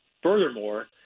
Furthermore